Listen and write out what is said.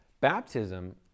Baptism